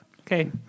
Okay